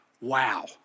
wow